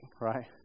Right